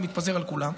זה מתפזר על כולם.